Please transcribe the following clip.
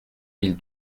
mille